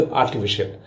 artificial